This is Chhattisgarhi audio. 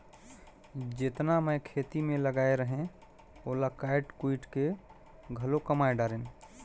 जेतना मैं खेत मे लगाए रहें ओला कायट कुइट के घलो कमाय डारें